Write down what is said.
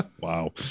Wow